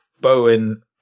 Bowen